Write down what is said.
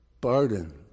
pardon